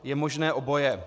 Je možné oboje.